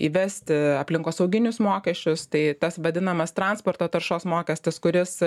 įvesti aplinkosauginius mokesčius tai tas vadinamas transporto taršos mokestis kuris